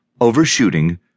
overshooting